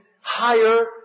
higher